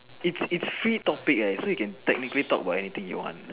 its its free topic eh so you can technically talk about anything you want